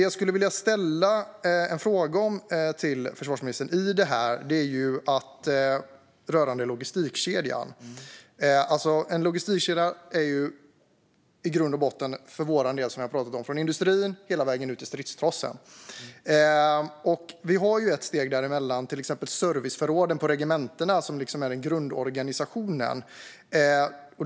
Jag skulle vilja ställa en fråga till försvarsministern som rör logistikkedjan. Logistikkedjan är i grund och botten för vår del, som vi har pratat om, från industrin och hela vägen ut till stridstrossen. Vi har även ett steg däremellan, serviceförråden på regementena, som liksom är grundorganisationen.